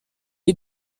est